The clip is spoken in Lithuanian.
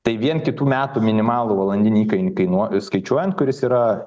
tai vien kitų metų minimalų valandinį įkainį kainuo skaičiuojant kuris yra